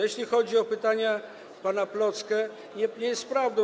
Jeśli chodzi o pytanie pana Plocke, to nie jest to prawda.